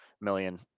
million